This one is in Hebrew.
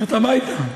צריך ללכת הביתה.